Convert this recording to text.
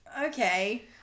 okay